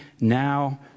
now